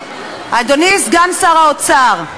אדוני סגן שר האוצר,